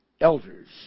elders